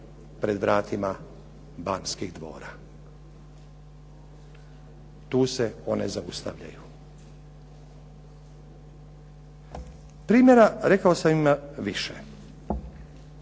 pred vratima Banskih dvora. Tu se one zaustavljaju. Primjera rekao sam ima više.